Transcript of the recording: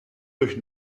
durch